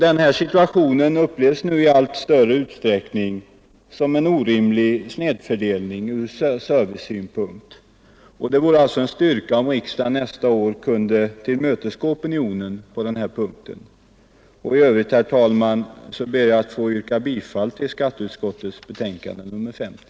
Den situationen upplevs nu i allt större utsträckning som en orimlig snedfördelning ur servicesynpunkt, och därför vore det en styrka om riksdagen nästa år kunde tillmötesgå opi nionen på den punkten. Herr talman! I övrigt ber jag att få yrka bifall till utskottets hemställan i skatteutskottets betänkande nr 50.